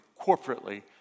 corporately